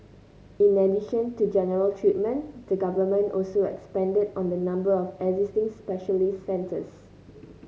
in addition to general treatment the Government also expanded on the number of existing specialist centres